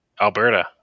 Alberta